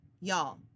Y'all